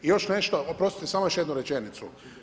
I još nešto, oprostite samo još jednu rečenicu.